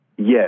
Yes